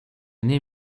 nie